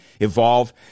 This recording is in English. evolve